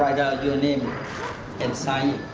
write your name and sign